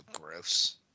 gross